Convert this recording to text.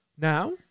Now